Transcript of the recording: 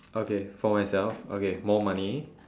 okay for myself okay more money